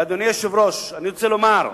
אדוני היושב-ראש, אני רוצה לומר,